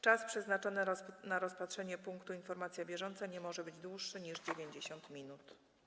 Czas przeznaczony na rozpatrzenie punktu: Informacja bieżąca nie może być dłuższy niż 90 minut.